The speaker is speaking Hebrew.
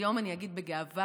היום אני אגיד בגאווה,